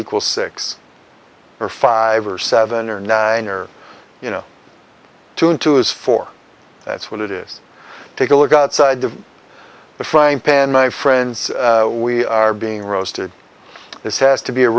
equal six or five or seven or nine or you know two into is four that's what it is take a look outside the frying pan my friends we are being roasted this has to be a